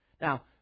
Now